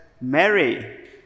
Mary